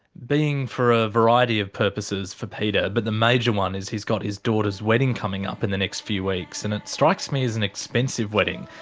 being for a variety of purposes for peter, but the major one is he's got his daughter's wedding coming up in the next few weeks and it strikes me as an expensive wedding,